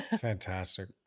Fantastic